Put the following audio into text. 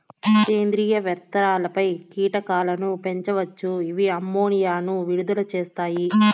సేంద్రీయ వ్యర్థాలపై కీటకాలను పెంచవచ్చు, ఇవి అమ్మోనియాను విడుదల చేస్తాయి